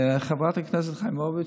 חברת הכנסת חיימוביץ',